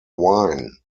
wine